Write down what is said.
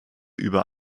über